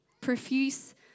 Profuse